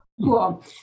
Cool